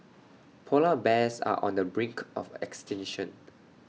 Polar Bears are on the brink of extinction